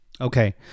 Okay